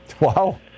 Wow